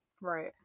Right